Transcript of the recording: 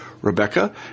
Rebecca